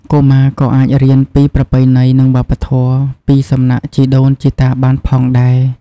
កុមារក៏អាចរៀនពីប្រពៃណី និងវប្បធម៌ ពីសំណាក់ជីដូនជីតាបានផងដែរ។